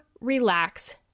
relax